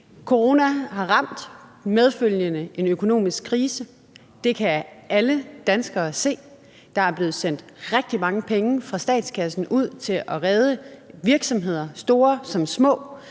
Coronakrisen har medført en økonomisk krise, det kan alle danskere se. Der er blevet sendt rigtig mange penge fra statskassen ud til at redde virksomheder, store som små,